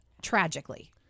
tragically